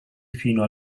fino